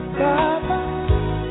bye-bye